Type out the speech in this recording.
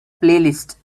playlist